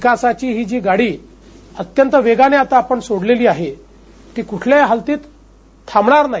विकासाची ही गाडी अत्यंत वेगाने आता आपण सोडलेली आहे ती कुठल्याही हद्दीत थांबणार नाही